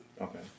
Okay